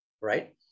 Right